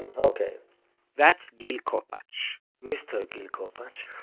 and ok that's gil kopatch mister gil kopatch.